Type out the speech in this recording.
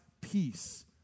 peace